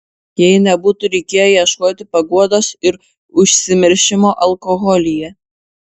jai nebūtų reikėję ieškoti paguodos ir užsimiršimo alkoholyje